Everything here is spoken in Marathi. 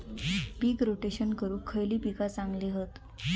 पीक रोटेशन करूक खयली पीका चांगली हत?